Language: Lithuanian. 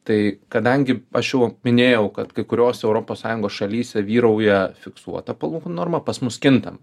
tai kadangi aš jau minėjau kad kai kuriose europos sąjungos šalyse vyrauja fiksuota palūkanų norma pas mus kintama